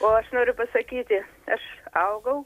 o aš noriu pasakyti aš augau